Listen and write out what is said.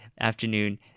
afternoon